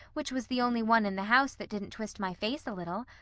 which was the only one in the house that didn't twist my face a little.